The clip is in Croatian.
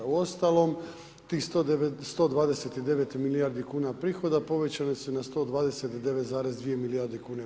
Uostalom, tih 129 milijardi kn prihoda povećani su na 129,2 milijarde kn.